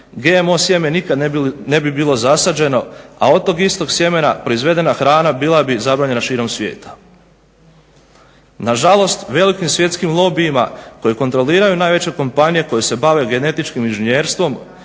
GMO sjeme nikad ne bi bilo zasađeno, a od tog istog sjemena proizvedena hrana bila bi zabranjena širom svijeta. Na žalost, velikim svjetskim lobijima koje kontroliraju najveće kompanije koje se bave genetičkim inženjerstvom